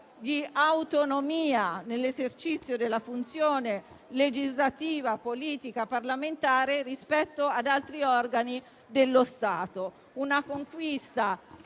di autonomia nell'esercizio della funzione legislativa, politica, parlamentare, rispetto ad altri organi dello Stato. È una conquista